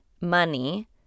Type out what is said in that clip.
money